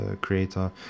creator